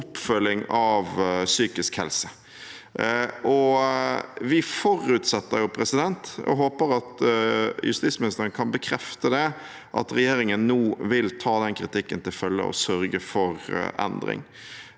oppfølging av psykisk helse. Vi forutsetter – og håper at justisministeren kan bekrefte det – at regjeringen nå vil ta den kritikken til følge og sørge for endring.